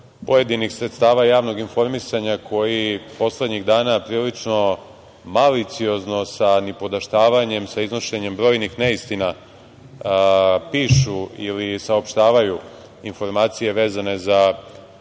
pojedinih sredstava javnog informisanja koji poslednjih dana prilično maliciozno sa nipodaštavanjem, sa iznošenjem brojnih neistina pišu ili saopštavaju informacije vezane za